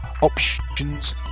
Options